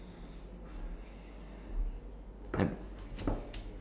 I